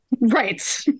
Right